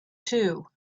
two